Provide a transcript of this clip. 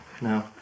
No